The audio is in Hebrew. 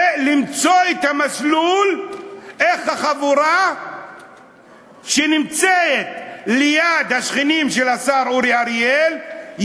ולמצוא את המסלול איך החבורה שנמצאת ליד השכנים של השר אורי אריאל,